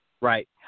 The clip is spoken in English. Right